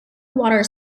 water